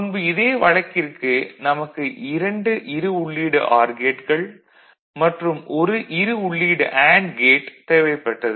முன்பு இதே வழக்கிற்கு நமக்கு 2 இரு உள்ளீடு ஆர் கேட்கள் மற்றும் 1 இரு உள்ளீடு அண்டு கேட் தேவைப்பட்டது